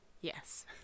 yes